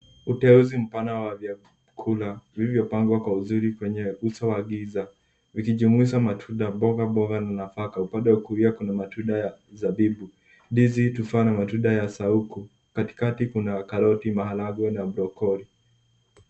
Uteuzi mpana wa vyakula vilivyopangwa Kwa uzuri kwenye uso wa giza vikijumuisha matunda, mboga na nafaka. Upande wa kulia Kuna matunda ya mzabibi, ndizi, tufaa na matunda ya sauku. Katikati Kuna karoti, maharagwe na udokori.